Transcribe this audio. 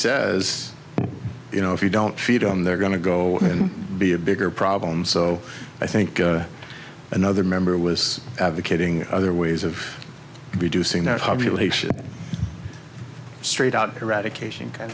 says you know if you don't feed on they're going to go and be a bigger problem so i think another member was advocating other ways of reducing their population straight out eradication